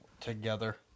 together